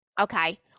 Okay